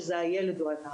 שזה הילד או הנער.